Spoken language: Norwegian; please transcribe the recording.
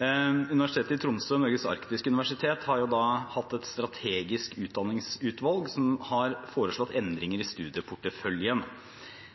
Universitetet i Tromsø, Norges arktiske universitet, har hatt et strategisk utdanningsutvalg som har foreslått endringer i studieporteføljen.